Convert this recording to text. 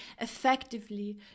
effectively